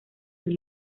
sus